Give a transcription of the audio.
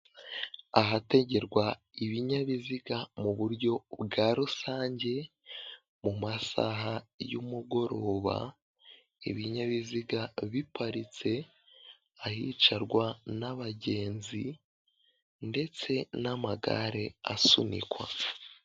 Ahategerwa ibinyabiziga muburyo bwa rusange mu masaha y'umugoroba ibinyabiziga biparitse ahicarwa n'abagenzi ndetse n'amagare asunikwa.